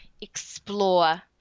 explore